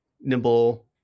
nimble